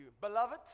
beloved